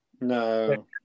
No